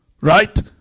Right